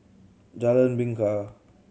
Jalan Bingka